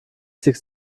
stick